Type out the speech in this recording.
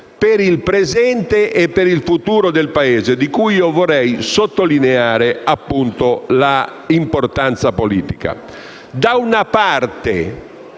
per il presente e per il futuro del Paese, di cui vorrei sottolineare appunto l'importanza politica. [**Presidenza